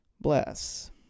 Bless